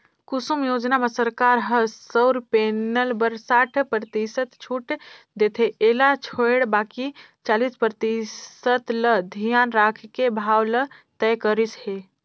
कुसुम योजना म सरकार ह सउर पेनल बर साठ परतिसत छूट देथे एला छोयड़ बाकि चालीस परतिसत ल धियान राखके भाव ल तय करिस हे